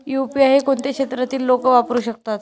UPI हे कोणत्या क्षेत्रातील लोक वापरू शकतात?